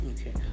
Okay